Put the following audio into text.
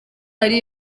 ari